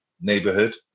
neighborhood